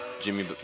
Jimmy